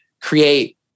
create